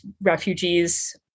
refugees